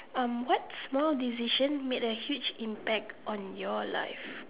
um what small decision made a huge impact on your life